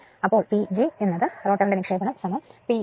അപ്പോൾ PG റോട്ടറിന്റെ നിക്ഷേപണം P m1 S